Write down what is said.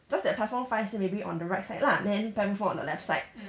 just that platform five 是 maybe on the right side lah then platform four on the left side